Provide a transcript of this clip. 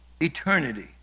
Eternity